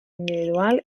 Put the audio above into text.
individual